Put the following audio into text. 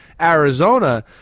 Arizona